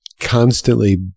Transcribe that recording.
constantly